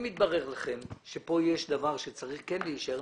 אם יתברר לכם שכאן יש דבר שצריך כן להישאר,